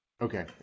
Okay